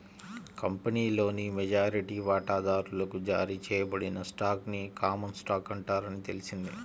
కంపెనీలోని మెజారిటీ వాటాదారులకు జారీ చేయబడిన స్టాక్ ని కామన్ స్టాక్ అంటారని తెలిసింది